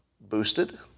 boosted